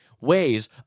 ways